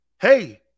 hey